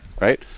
right